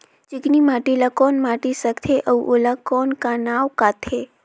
चिकनी माटी ला कौन माटी सकथे अउ ओला कौन का नाव काथे?